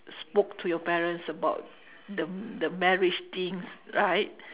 spoke to your parents about the the marriage things right